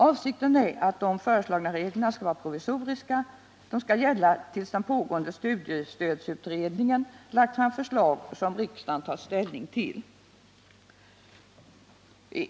Avsikten är att de föreslagna reglerna skall vara provisoriska. De skall gälla tills den pågående studiestödsutredningen lagt fram förslag som riksdagen tagit ställning till.